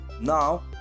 Now